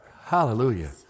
hallelujah